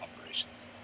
operations